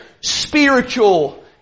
spiritual